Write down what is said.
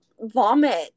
vomit